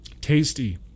Tasty